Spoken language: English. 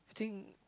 think